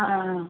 അ ആ